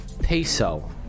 peso